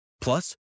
Plus